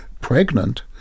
pregnant